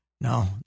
No